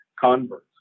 converts